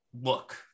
look